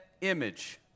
image